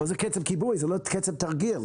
אבל זה קצף כיבוי, זה לא קצף תרגיל.